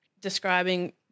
describing